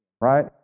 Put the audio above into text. right